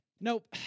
Nope